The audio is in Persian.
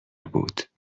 بود